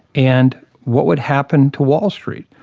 and what would happen to wall street?